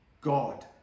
God